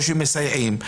או שמסייעים,